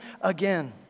again